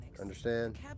understand